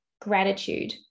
gratitude